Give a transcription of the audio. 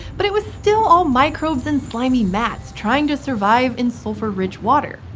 but it was still all microbes and slimy mats, trying to survive in sulfur-rich water.